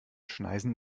schneisen